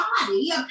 body